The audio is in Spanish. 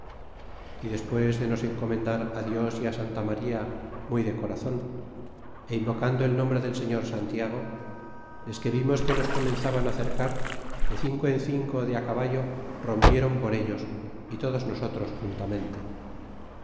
y despues de nos encomendar á dios y á santa maría muy de corazon é invocando el nombre del señor santiago desque vimos que nos comenzaban á cercar de cinco en cinco de á caballo rompieron por ellos y todos nosotros juntamente